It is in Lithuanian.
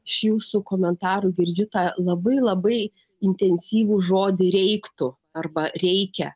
iš jūsų komentarų girdžiu tą labai labai intensyvų žodį reiktų arba reikia